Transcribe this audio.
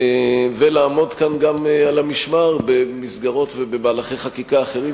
ולעמוד כאן על המשמר במסגרות ובמהלכי חקיקה אחרים,